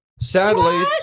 Sadly